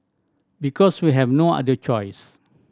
because we have no other choice